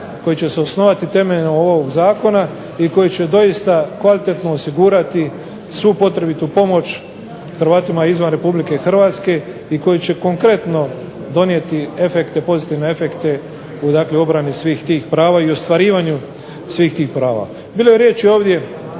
koji će se osnovati temeljem ovog zakona i koji će doista kvalitetno osigurati svu potrebitu pomoć Hrvatima izvan RH i koji će konkretno donijeti pozitivne efekte u obrani svih tih prava i u ostvarivanju svih tih prava. Bilo je riječi ovdje